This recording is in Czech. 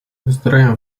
zdrojem